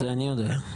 זה אני יודע.